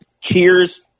Cheers